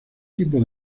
tipo